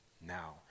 now